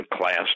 class